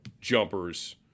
jumpers